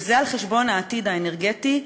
וזה על חשבון העתיד האנרגטי,